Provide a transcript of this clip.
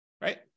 right